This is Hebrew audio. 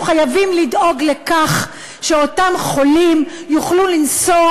אנחנו חייבים לדאוג לכך שאותם חולים יוכלו לנסוע